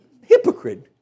Hypocrite